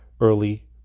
early